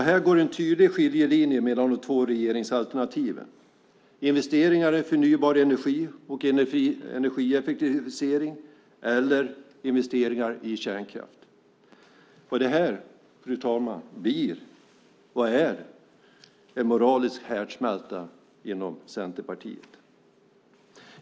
Det går en tydlig skiljelinje mellan de två regeringsalternativen - investering i förnybar energi och energieffektivisering eller investeringar i kärnkraft. Det är en moralisk härdsmälta inom Centerpartiet.